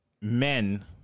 men